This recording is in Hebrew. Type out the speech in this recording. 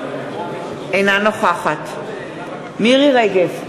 אינה נוכחת מירי רגב,